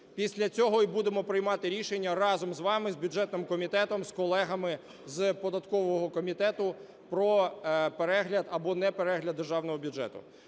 Після цього і будемо приймати рішення разом з вами, з бюджетним комітетом, з колегами з податкового комітету про перегляд або неперегляд державного бюджету.